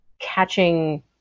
catching